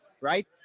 Right